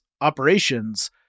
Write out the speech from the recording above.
operations